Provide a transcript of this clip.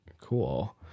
cool